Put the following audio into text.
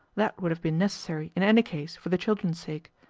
that would have been necessary, in any case, for the children's sake.